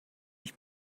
ich